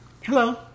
Hello